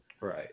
Right